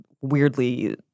weirdly